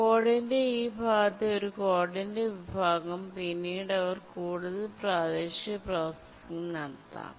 കോഡിന്റെ ഈ ഭാഗത്തെ ഒരു കോഡിന്റെ നിർണായക വിഭാഗം എന്ന് വിളിക്കുന്നു പിന്നീട് കൂടുതൽ പ്രാദേശിക പ്രോസസ്സിംഗ് നടത്താം